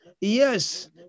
yes